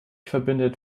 verbindet